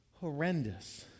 horrendous